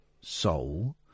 soul